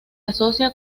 asocia